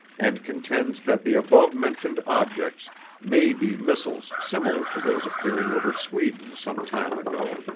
and contends that the above mentioned objects may be missiles similar to those appearing over sweden some time ago.